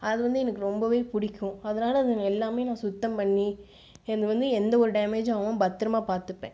அது வந்து எனக்கு ரொம்பவே பிடிக்கும் அதனால் அது எல்லாமே நான் சுத்தம் பண்ணி என்னுது வந்து எந்த ஒரு டேமேஜும் ஆகாம பத்திரமா பார்த்துப்பேன்